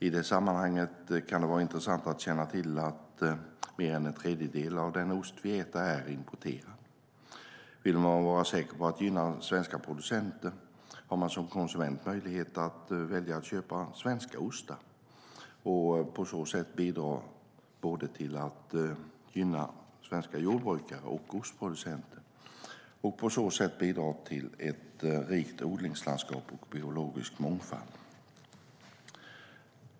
I det sammanhanget kan det vara intressant att känna till att mer än en tredjedel av den ost vi äter är importerad. Vill man vara säker på att gynna svenska producenter har man som konsument möjlighet att välja att köpa svenska ostar och på så sätt bidra både till att gynna svenska jordbrukare och ostproducenter och därmed även bidra till ett rikt odlingslandskap och biologisk mångfald.